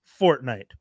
Fortnite